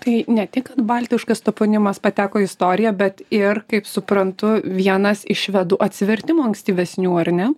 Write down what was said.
tai ne tik kad baltiškas toponimas pateko į istoriją bet ir kaip suprantu vienas iš švedų atsivertimų ankstyvesnių ar ne